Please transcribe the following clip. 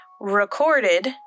recorded